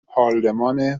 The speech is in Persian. پارلمان